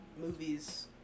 movies